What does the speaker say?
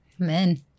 Amen